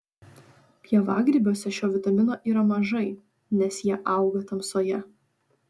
pievagrybiuose šio vitamino yra mažai nes jie auga tamsoje